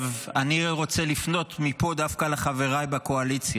אני רוצה לפנות מפה דווקא לחבריי בקואליציה.